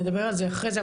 נדבר על זה אחרי זה,